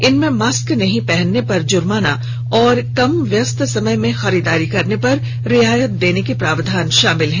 इनमें मास्क नहीं पहनने पर जर्माना और कम व्यस्त समय में खरीदारी करने पर रियायत देने के प्रावधान शामिल हैं